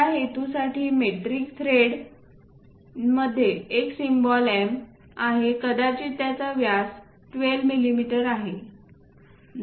त्या हेतूसाठी metric threads मध्ये एक सिम्बॉल M आहे कदाचित याचा व्यास 12 मिमी आहे